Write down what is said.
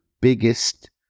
biggest